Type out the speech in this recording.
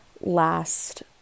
last